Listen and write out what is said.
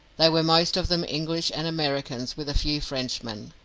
they were most of them english and americans, with a few frenchmen.